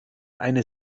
eine